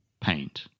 paint